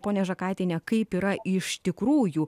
ponia žakaitiene kaip yra iš tikrųjų